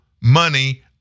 money